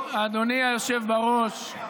תודה רבה, אדוני היושב בראש.